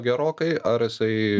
gerokai ar jisai